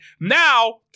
Now